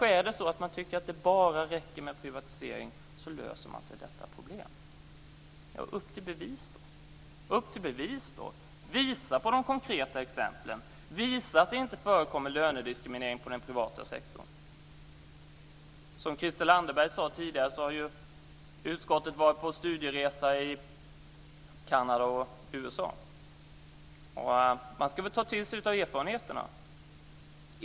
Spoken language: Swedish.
Det är kanske så att man tycker att det bara räcker med en privatisering för att lösa detta problem. Upp till bevis då! Visa på de konkreta exemplen! Visa att det inte förekommer lönediskriminering i den privata sektorn! Som Christel Anderberg sade tidigare har utskottet varit på studieresa i Kanada och USA. Man ska väl ta till sig av erfarenheterna.